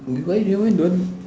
why you why don't want